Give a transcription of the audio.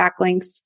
backlinks